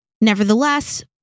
Nevertheless